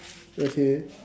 okay